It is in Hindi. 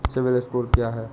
सिबिल स्कोर क्या है?